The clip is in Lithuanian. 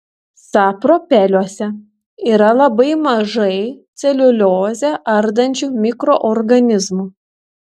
sapropeliuose yra labai mažai celiuliozę ardančių mikroorganizmų